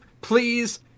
please